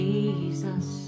Jesus